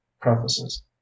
prefaces